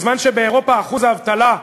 בזמן שבאירופה אחוז האבטלה,